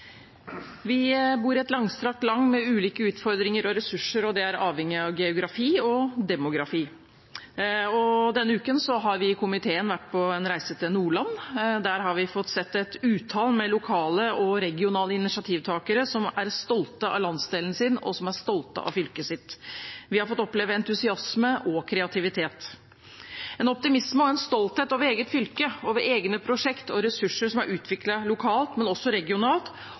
Vi bor i et langstrakt land med ulike utfordringer og ressurser, og det er avhengig av geografi og demografi. Denne uken har vi i komiteen vært på en reise til Nordland. Der har vi fått sett et utall med lokale og regionale initiativtakere som er stolte av landsdelen sin, og som er stolte av fylket sitt. Vi har fått oppleve entusiasme og kreativitet, en optimisme og en stolthet over eget fylke, over egne prosjekt og ressurser som er utviklet lokalt, men også regionalt,